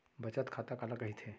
बचत खाता काला कहिथे?